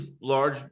large